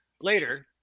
Later